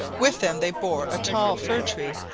with them they bore a tall fir-tree,